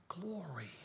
glory